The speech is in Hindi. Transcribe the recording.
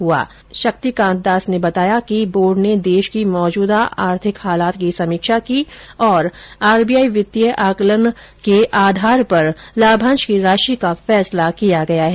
रिजर्व बैंक के गवर्नर शक्तिकांत दास ने बताया कि बोर्ड ने देश की मौजूदा आर्थिक हालात की समीक्षा की और आरबीआई वित्तीय आंकलन सीमित आंकलन के आधार पर लाभांश की राशि का फैसला किया गया है